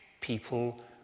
People